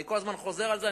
אני כל הזמן חוזר על זה,